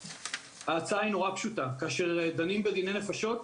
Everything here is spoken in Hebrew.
ההצעה היא מאוד פשוטה, כאשר דנים בדיני נפשות,